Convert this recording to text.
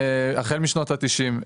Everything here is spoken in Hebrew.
החל משנות ה-90.